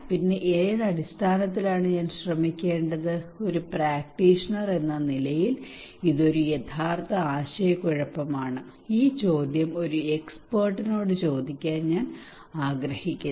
പിന്നെ ഏത് അടിസ്ഥാനത്തിലാണ് ഞാൻ ശ്രമിക്കേണ്ടത് ഒരു പ്രാക്ടീഷണർ എന്ന നിലയിൽ ഇത് ഒരു യഥാർത്ഥ ആശയക്കുഴപ്പമാണ് ഈ ചോദ്യം ഒരു എക്സ്പെർട്ടിനോട് ചോദിക്കാൻ ഞാൻ ആഗ്രഹിക്കുന്നു